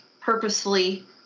purposefully